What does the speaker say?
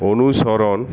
অনুসরণ